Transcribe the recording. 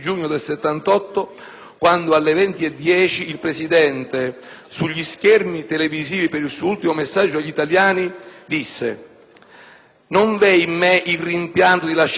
quando, alle ore 20,10, si affacciò sugli schermi televisivi per il suo ultimo messaggio agli italiani, dicendo: «Non v'è in me il rimpianto di lasciare questa carica,